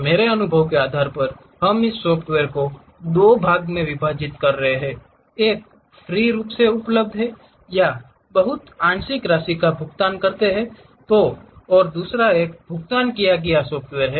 मेरे अनुभव के आधार पर हम इस सॉफ़्टवेयर को दो भागों में विभाजित कर रहे हैं एक फ्री रूप से उपलब्ध है या आप बहुत आंशिक राशि का भुगतान करते हैं और दूसरा एक भुगतान किया गया सॉफ़्टवेयर है